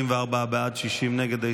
44 בעד, 60 נגד.